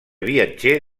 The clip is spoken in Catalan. viatger